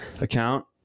account